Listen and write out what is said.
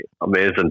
amazing